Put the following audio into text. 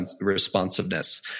responsiveness